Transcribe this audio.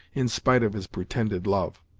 in spite of his pretended love.